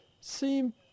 seem